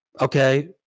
okay